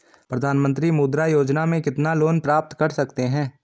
प्रधानमंत्री मुद्रा योजना में कितना लोंन प्राप्त कर सकते हैं?